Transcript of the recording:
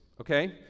okay